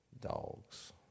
dogs